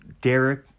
Derek